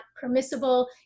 permissible